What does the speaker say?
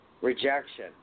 Rejection